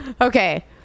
Okay